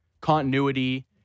continuity